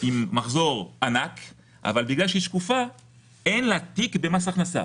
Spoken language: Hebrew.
עם מחזור ענק אבל בגלל שהיא שקופה אין לה תיק במס הכנסה,